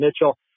Mitchell